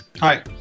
Hi